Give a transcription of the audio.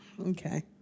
okay